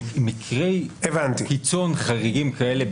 במקרי קיצון חריגים כאלה,